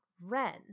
Ren